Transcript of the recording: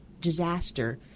disaster